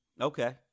Okay